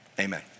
Amen